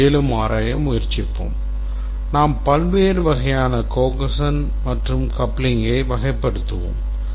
இதை மேலும் ஆராய முயற்சிப்போம் நாம் பல்வேறு வகையான cohesion மற்றும் coupling வகைப்படுத்துவோம்